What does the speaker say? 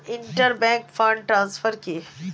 Inter bank fund transfer কি?